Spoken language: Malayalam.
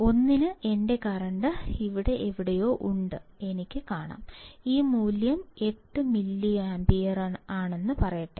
1 ന് എന്റെ കറന്റ് ഇവിടെ എവിടെയോ ഉണ്ടെന്ന് എനിക്ക് കാണാം ഈ മൂല്യം 8 മില്ലിയാംപെയറുമാണെന്ന് പറയട്ടെ